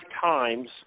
times